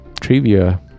trivia